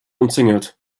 umzingelt